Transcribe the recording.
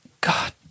God